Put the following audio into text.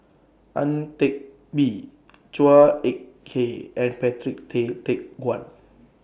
Ang Teck Bee Chua Ek Kay and Patrick Tay Teck Guan